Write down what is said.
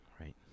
right